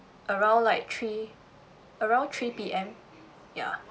around like three around three P_M ya